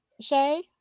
Shay